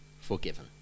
forgiven